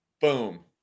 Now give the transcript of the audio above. Boom